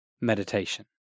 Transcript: meditation